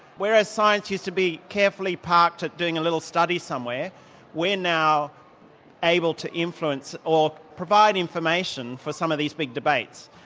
whereas science used to be carefully parked at doing a little study somewhere we're now able to influence, or provide information for some of these big debates.